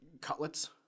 cutlets